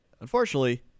Unfortunately